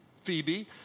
Phoebe